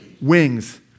Wings